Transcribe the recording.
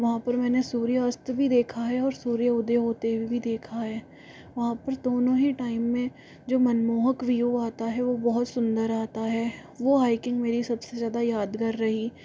वहाँ पर मैंने सूर्य अस्त भी देखा है और सूर्य उदय होते हुए भी देखा है वहाँ पर दोनों ही टाइम में जो मनमोहक व्यू आता है वह बहुत सुन्दर आता है वो हाईकिंग मेरी सबसे ज़्यादा यादगार रही